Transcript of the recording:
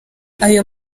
ayo